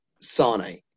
Sane